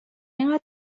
اینقدر